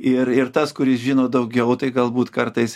ir ir tas kuris žino daugiau tai galbūt kartais